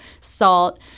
salt